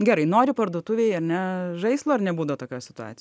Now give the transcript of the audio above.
gerai noriu parduotuvėj a ne žaislo ar nebūna tokios situacijos